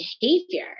behavior